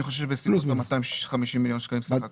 אני חושב שבסביבות ה-250 מיליון שקלים סך הכל.